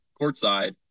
courtside